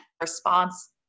response